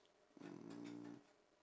mm